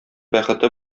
бәхете